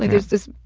like there was this,